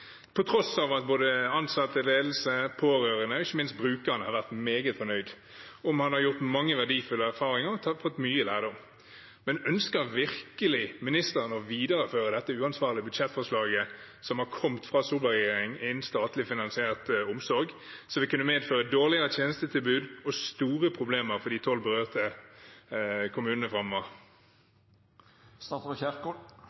både ansatte, ledelse, pårørende og ikke minst brukerne har vært meget fornøyd, og man har gjort mange verdifulle erfaringer og fått mye lærdom: Ønsker virkelig ministeren å videreføre dette uansvarlige budsjettforslaget som har kommet fra Solberg-regjeringen når det gjelder statlig finansiert omsorg, som vil kunne medføre et dårligere tjenestetilbud og store problemer for de tolv berørte kommunene